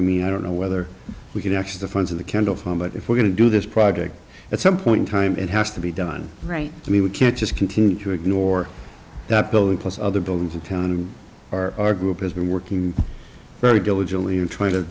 having me i don't know whether we can actually the funds of the candle flame but if we're going to do this project at some point in time it has to be done right i mean we can't just continue to ignore that building plus other buildings in town or our group has been working very diligently in try